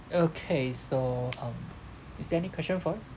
okay so um is there any question for us